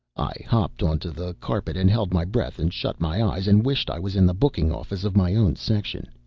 i hopped onto the carpet and held my breath and shut my eyes and wished i was in the booking-office of my own section.